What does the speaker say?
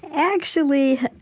actually,